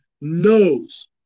knows